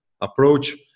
approach